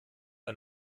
ein